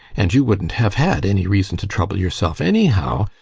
and you wouldn't have had any reason to trouble yourself anyhow,